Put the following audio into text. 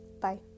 Bye